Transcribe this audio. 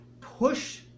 push